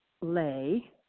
lay